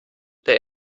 der